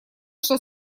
что